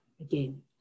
again